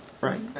right